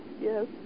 yes